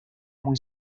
muy